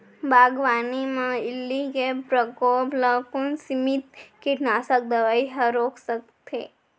बागवानी म इल्ली के प्रकोप ल कोन सीमित कीटनाशक दवई ह रोक सकथे?